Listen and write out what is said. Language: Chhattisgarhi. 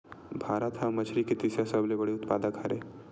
भारत हा मछरी के तीसरा सबले बड़े उत्पादक हरे